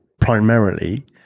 primarily